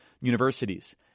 universities